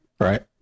Right